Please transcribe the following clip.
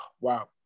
wow